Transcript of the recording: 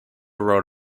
wrote